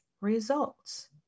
results